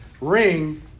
ring